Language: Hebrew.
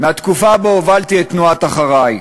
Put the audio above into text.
מהתקופה שבה הובלתי את תנועת "אחריי!".